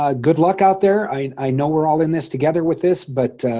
ah good luck out there. i i know we're all in this together with this but